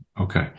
okay